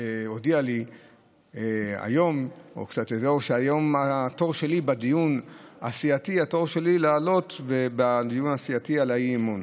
הודיעה לי היום שהיום התור שלי לעלות בדיון הסיעתי על האי-אמון,